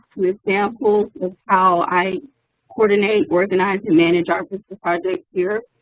so example of how i coordinate, organize and manage our vista project here.